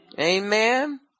Amen